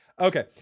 okay